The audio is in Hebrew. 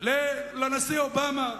לנשיא אובמה.